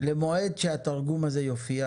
למועד שהתרגום הזה יופיע.